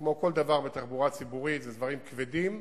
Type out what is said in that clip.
וכמו כל דבר בתחבורה הציבורית, זה דברים כבדים,